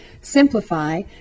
simplify